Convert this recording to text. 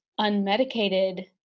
unmedicated